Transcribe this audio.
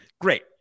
great